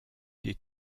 des